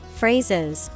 phrases